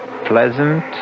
pleasant